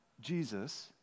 Jesus